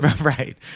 Right